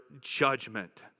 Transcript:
judgment